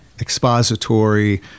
expository